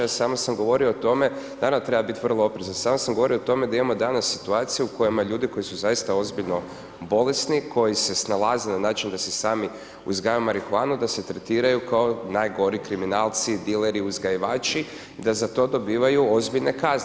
Samo sam govorio o tome da naravno treba biti vrlo oprezan, samo sam govorio o tome da imamo danas situaciju u kojima ljudi koji su zaista ozbiljno bolesni, koji se snalaze na način da si sami uzgajaju marihuanu, da se tretiraju kao najgori kriminalci, dileri, uzgajivači i da za to dobivaju ozbiljne kazne.